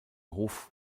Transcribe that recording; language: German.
hof